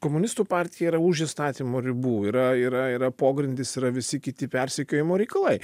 komunistų partija yra už įstatymo ribų yra yra yra pogrindis yra visi kiti persekiojimo reikalai